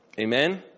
Amen